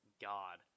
god